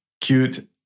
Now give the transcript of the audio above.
cute